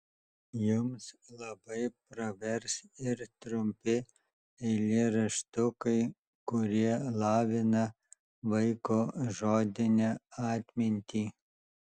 jums labai pravers ir trumpi eilėraštukai kurie lavina vaiko žodinę atmintį